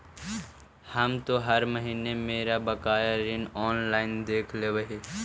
हम तो हर महीने मेरा बकाया ऋण ऑनलाइन देख लेव हियो